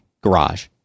garage